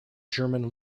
german